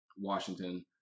Washington